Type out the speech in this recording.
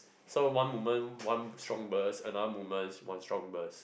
so one movement one strong burst another movement one strong burst